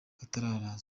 kataraza